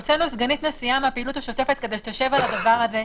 הוצאנו סגנית נשיאה מהפעילות השוטפת כדי שתשב על הדבר הזה.